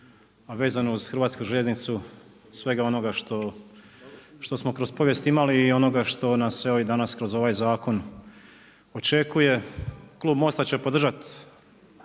a vezano uz hrvatsku željeznicu, svega ono što smo kroz povijest imali i onoga što nam se i danas kroz ovaj zakon očekuje, klub MOST-a će podržati